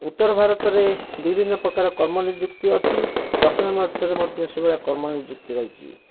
ଉତ୍ତର ଭାରତରେ ବିଭିନ୍ନ ପ୍ରକାର କର୍ମ ନିଯୁକ୍ତି ଅଛି ଦକ୍ଷିଣ ଭାରତରେ ମଧ୍ୟ ସେହି ଭଳିଆ କର୍ମ ନିଯୁକ୍ତି ରହିଛି